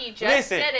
listen